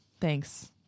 Thanks